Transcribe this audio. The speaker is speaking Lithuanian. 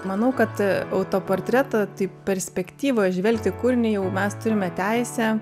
manau kad autoportretą tai perspektyvą įžvelgti kūrinį jau mes turime teisę